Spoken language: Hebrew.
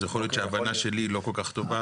אז יכול להיות שההבנה שלי היא לא כל כך טובה,